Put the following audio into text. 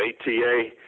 ATA